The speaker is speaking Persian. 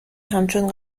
همچون